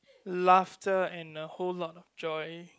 laughter and a whole of joy